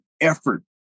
effort